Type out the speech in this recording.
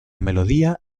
melodía